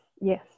yes